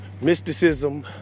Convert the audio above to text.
mysticism